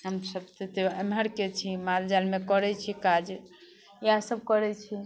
हमसब तऽ एम्हरके छी माल जालमे करै छी काज इएहसब करै छी